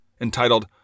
entitled